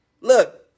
look